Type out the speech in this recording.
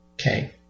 Okay